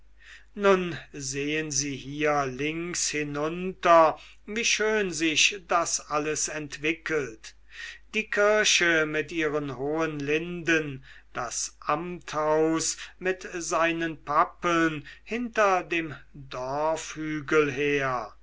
nun sehen sie hier links hinunter wie schön sich das alles entwickelt die kirche mit ihren hohen linden das amthaus mit seinen pappeln hinter dem dorfhügel her